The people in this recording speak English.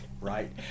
right